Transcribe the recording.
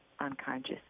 unconscious